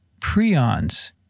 prions